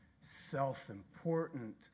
self-important